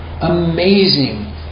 amazing